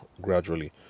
gradually